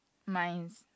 mine